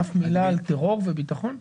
אף מילה על טרור וביטחון?